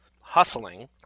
hustling